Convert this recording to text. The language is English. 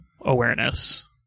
awareness